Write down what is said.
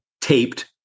taped